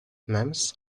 memes